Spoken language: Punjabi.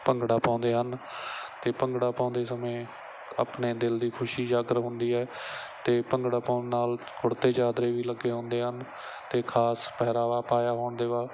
ਭੰਗੜਾ ਪਾਉਂਦੇ ਹਨ ਅਤੇ ਭੰਗੜਾ ਪਾਉਂਦੇ ਸਮੇਂ ਆਪਣੇ ਦਿਲ ਦੀ ਖੁਸ਼ੀ ਉਜਾਗਰ ਹੁੰਦੀ ਹੈ ਅਤੇ ਭੰਗੜਾ ਪਾਉਂਣ ਨਾਲ ਕੁੜਤੇ ਚਾਦਰੇ ਵੀ ਲੱਗੇ ਹੁੰਦੇ ਹਨ ਅਤੇ ਖ਼ਾਸ ਪਹਿਰਾਵਾ ਪਾਇਆ ਹੋਣ ਦੇ ਬਾ